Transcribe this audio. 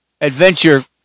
adventure